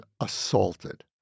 assaulted